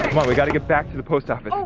come on we gotta get back to the post office. oh,